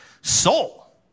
soul